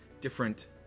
different